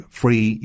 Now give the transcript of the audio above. free